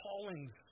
callings